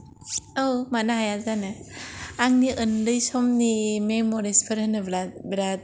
औ मानो हाया जानो आंनि उन्दै समनि मेम'रिसफोर होनोब्ला बिराद